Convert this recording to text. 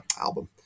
album